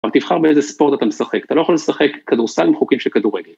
אבל תבחר באיזה ספורט אתה משחק, אתה לא יכול לשחק כדורסל עם חוקים של כדורגל.